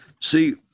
See